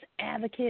advocate